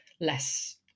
less